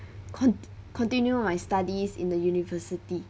con~ continue my studies in the university